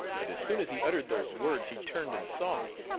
and as soon as he uttered those words he turned and saw me.